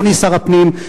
אדוני שר הפנים,